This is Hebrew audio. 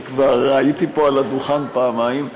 כי כבר הייתי פה על הדוכן פעמיים.